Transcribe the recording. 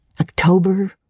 October